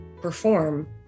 perform